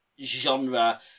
genre